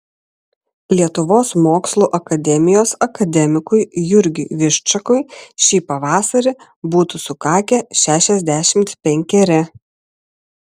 lietuvos mokslų akademijos akademikui jurgiui viščakui šį pavasarį būtų sukakę šešiasdešimt penkeri